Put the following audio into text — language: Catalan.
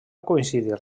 coincidir